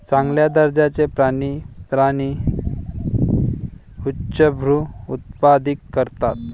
चांगल्या दर्जाचे प्राणी प्राणी उच्चभ्रू उत्पादित करतात